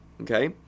Okay